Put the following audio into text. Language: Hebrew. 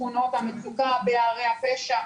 בשכונות המצוקה, בערי הפשע,